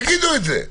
תגידו את זה.